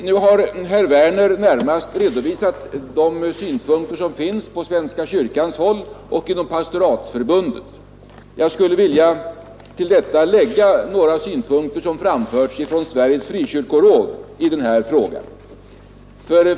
Nu har herr Werner i Malmö redovisat de synpunkter som finns på svenska kyrkans håll och inom pastoratsförbundet. Jag vill till detta lägga några synpunkter som framförts från Sveriges frikyrkoråd i den här frågan.